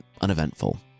uneventful